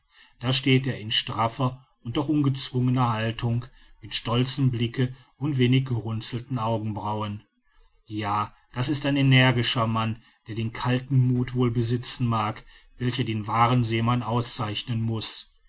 da steht er in straffer und doch ungezwungener haltung mit stolzem blicke und wenig gerunzelten augenbrauen ja das ist ein energischer mann der den kalten muth wohl besitzen mag welcher den wahren seemann auszeichnen muß